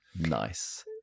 Nice